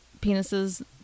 penises